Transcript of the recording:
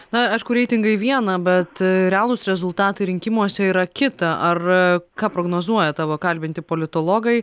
na aišku reitingai viena bet realūs rezultatai rinkimuose yra kita ar ką prognozuoja tavo kalbinti politologai